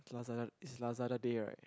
it's lazadar~ it's Lazada day right